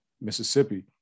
Mississippi